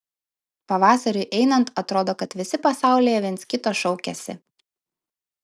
pavasariui einant atrodo kad visi pasaulyje viens kito šaukiasi